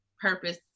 purpose